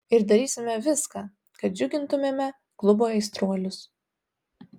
ir darysime viską kad džiugintumėme klubo aistruolius